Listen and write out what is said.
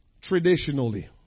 traditionally